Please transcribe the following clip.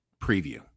preview